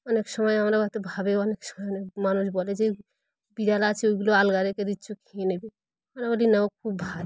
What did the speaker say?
অনেক সময় আমরা হয়তো ভাবে অনেক সময় অনেক মানুষ বলে যে বিড়াল আছে ওইগুলো আলগা রেখে দিচ্ছ খেয়ে নেবে আমরা বলি না ও খুব ভাল